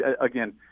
Again